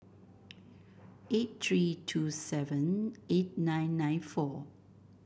eight three two seven eight nine nine four